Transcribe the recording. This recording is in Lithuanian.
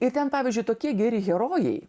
ir ten pavyzdžiui tokie geri herojai